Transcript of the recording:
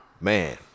Man